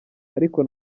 ariko